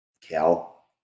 Cal